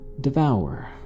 devour